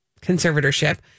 conservatorship